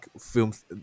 films